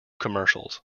commercials